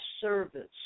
service